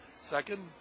Second